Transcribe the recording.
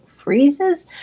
freezes